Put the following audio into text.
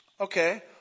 Okay